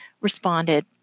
responded